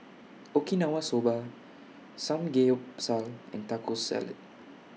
Okinawa Soba Samgeyopsal and Taco Salad